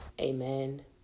Amen